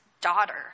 daughter